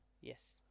Yes